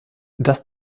das